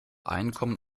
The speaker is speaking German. einkommen